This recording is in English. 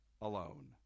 alone